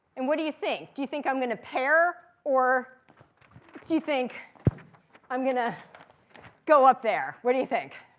and what do you think? do you think i'm going to pair? or do you think i'm going to go up there? what do you think?